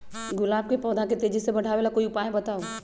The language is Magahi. गुलाब के पौधा के तेजी से बढ़ावे ला कोई उपाये बताउ?